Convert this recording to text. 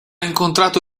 incontrato